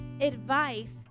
advice